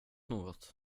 något